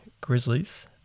Grizzlies